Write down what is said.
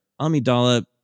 Amidala